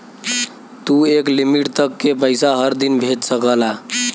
तू एक लिमिट तक के पइसा हर दिन भेज सकला